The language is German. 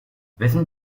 wessen